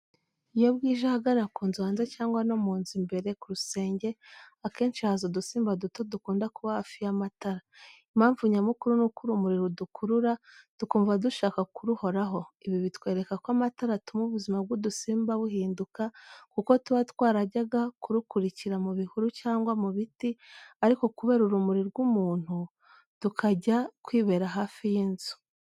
Iyo bwije, ahagana ku nzu hanze cyangwa no mu nzu imbere ku rusenge, akenshi haza udusimba duto dukunda kuba hafi y’amatara. Impamvu nyamukuru ni uko urumuri rudukurura, tukumva dushaka kuruhoraho. Ibi bitwereka ko amatara atuma ubuzima bw’udusimba buhinduka, kuko tuba twarajyaga kuruhukira mu bihuru cyangwa mu biti, ariko kubera urumuri rw’umuntu, tukajya kwibera hafi y’inzu.